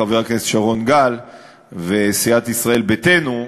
חבר הכנסת שרון גל וסיעת ישראל ביתנו,